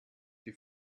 die